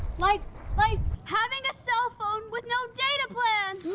like, like having a cell phone with no data plan.